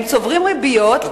הם צוברים ריביות,